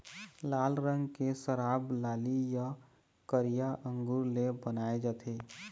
लाल रंग के शराब लाली य करिया अंगुर ले बनाए जाथे